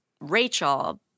Rachel